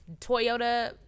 Toyota